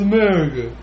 America